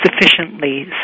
sufficiently